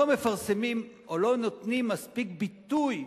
לא מפרסמים, או לא נותנים מספיק ביטוי,